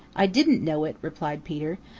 i didn't know it, replied peter,